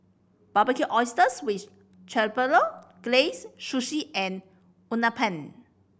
Barbecued Oysters with Chipotle Glaze Sushi and Uthapam